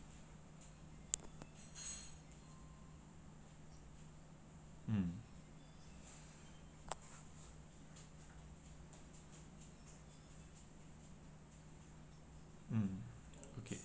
mm mm okay